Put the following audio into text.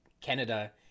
canada